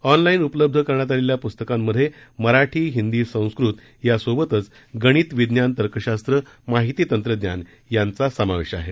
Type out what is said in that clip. online उपलब्ध करण्यात आलेल्या पुस्तकांमधे मराठी हिंदी संस्कृत या सोबतच गणित विज्ञान तर्कशास्त्र माहिती तंत्रज्ञान यांचा समावेश आहे